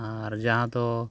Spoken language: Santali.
ᱟᱨ ᱡᱟᱦᱟᱸ ᱫᱚ